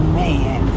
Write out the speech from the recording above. man